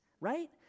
right